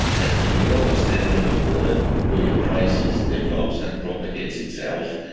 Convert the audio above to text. there has been no understanding of the way a crisis develops and propagates itself.